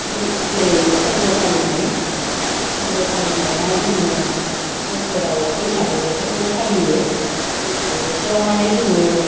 बै जेरै फोरबो फालिनाय फोरबो फालिनाया जोङो बोसोराव बैसागो बोथोरखौ फालियो बैसागो बोथोराव माने जोङो